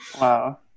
Wow